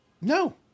No